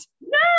no